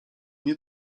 nie